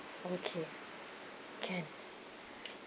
okay can